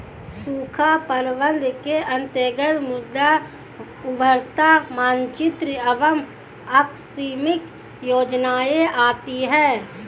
सूखा प्रबंधन के अंतर्गत मृदा उर्वरता मानचित्र एवं आकस्मिक योजनाएं आती है